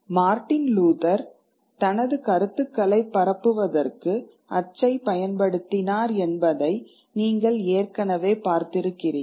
Martin Luther தனது கருத்துக்களை பரப்புவதற்கு அச்சு பயன்படுத்தினார் என்பதை நீங்கள் ஏற்கனவே பார்த்திருக்கிறீர்கள்